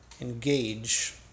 engage